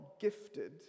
gifted